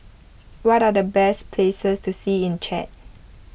what are the best places to see in Chad